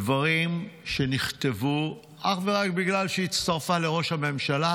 הדברים נכתבו אך ורק בגלל שהיא הצטרפה לראש הממשלה.